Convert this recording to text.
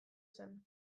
zen